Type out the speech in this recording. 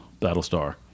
Battlestar